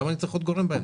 למה צריך עוד גורם באמצע?